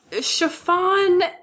chiffon